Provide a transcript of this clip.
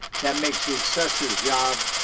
that makes the assessor's job